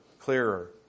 clearer